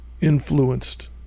influenced